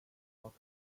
park